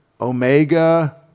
Omega